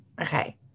Okay